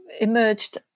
emerged